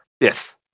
yes